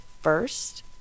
first